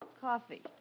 Coffee